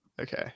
Okay